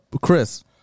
Chris